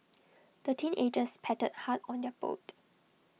the teenagers paddled hard on their boat